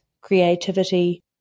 creativity